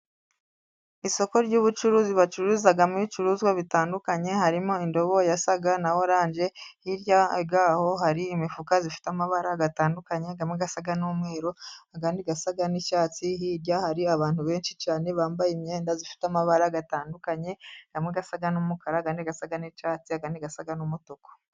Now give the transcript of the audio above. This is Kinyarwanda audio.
Isoko ry'ubucuruzi bacuruzamo ibicuruzwa bitandukanye. Harimo indobo isa na orange. Hirya yaho hari imifuka ifite amabara atandukanye asa n'umweru ayandi asa n'icyatsi. Hirya hari abantu benshi cyane bambaye imyenda ifite amabara atandukanye amwe asa n'umukara, ayandi asa n'icyatsi ayandi asa n'umutuku.